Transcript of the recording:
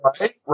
Right